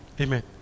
Amen